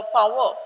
power